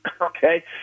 Okay